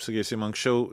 sakysim anksčiau